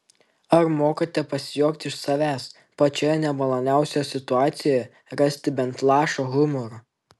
ar mokate pasijuokti iš savęs pačioje nemaloniausioje situacijoje rasti bent lašą humoro